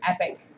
epic